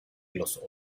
los